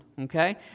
okay